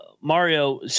Mario